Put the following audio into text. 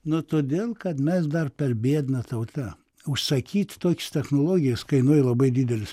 nu todėl kad mes dar per biedna tauta užsakyt tokias technologijas kainuoja labai didelius